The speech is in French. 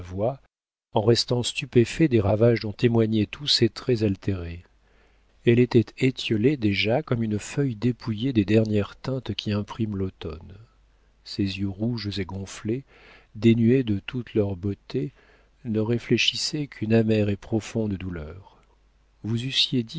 en restant stupéfait des ravages dont témoignaient tous ses traits altérés elle était étiolée déjà comme une feuille dépouillée des dernières teintes qu'y imprime l'automne ses yeux rouges et gonflés dénués de toutes leurs beautés ne réfléchissaient qu'une amère et profonde douleur vous eussiez dit